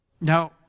Now